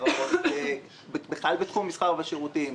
בכלל בתחום המסחר והשירותים,